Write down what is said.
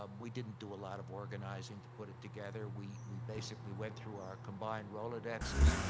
um we didn't do a lot of organizing to put it together. we we basically went through our combined rolodexes,